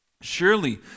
surely